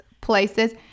places